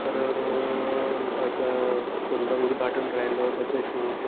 तर कं कोणतं उदघाटन राहिलं त्याचे शूट